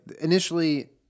initially